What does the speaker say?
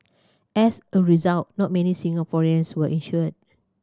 as a result not many Singaporeans were insured